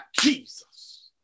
Jesus